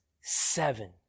seven